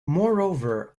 moreover